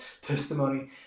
testimony